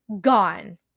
gone